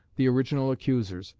the original accusers,